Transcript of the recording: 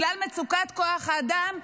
בגלל מצוקת כוח האדם,